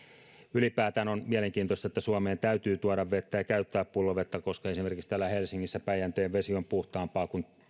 ylipäätään on mielenkiintoista että suomeen täytyy tuoda vettä ja käyttää pullovettä koska esimerkiksi täällä helsingissä päijänteen vesi on puhtaampaa kuin